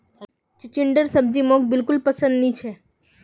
चिचिण्डार सब्जी मोक बिल्कुल पसंद नी छ